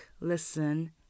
listen